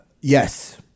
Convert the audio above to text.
Yes